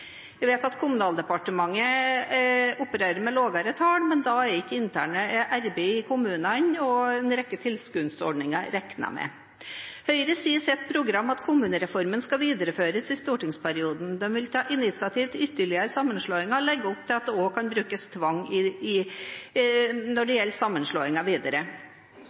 Vi vet at Kommunaldepartementet opererer med lavere tall, men da er ikke det interne arbeidet i kommunene og en rekke tilskuddsordninger regnet med. Høyre sier i sitt program at kommunereformen skal videreføres i stortingsperioden. De vil ta initiativ til ytterligere sammenslåinger og legge opp til at det også kan brukes tvang når det gjelder sammenslåinger videre.